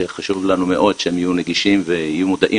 שחשוב לנו מאוד שהם יהיו נגישים והם יהיו מודעים